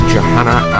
Johanna